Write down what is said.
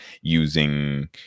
using